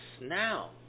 now